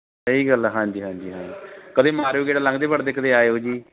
ਸਹੀ ਗੱਲ ਆ ਹਾਂਜੀ ਹਾਂਜੀ ਹਾਂ ਕਦੇ ਮਾਰਿਓ ਗੇੜਾ ਲੰਘਦੇ ਵੜਦੇ ਕਦੇ ਆਇਓ ਜੀ